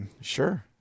Sure